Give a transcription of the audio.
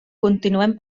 continuem